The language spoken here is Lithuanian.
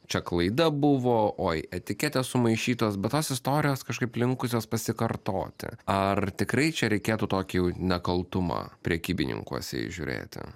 čia klaida buvo oi etiketės sumaišytos bet tos istorijos kažkaip linkusios pasikartoti ar tikrai čia reikėtų tokį jau nekaltumą prekybininkuose įžiūrėti